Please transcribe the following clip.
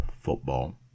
football